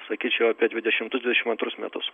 sakyčiau apie dvidešimtus dvidešim antrus metus